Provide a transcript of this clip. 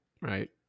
right